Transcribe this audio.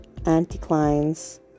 anticlines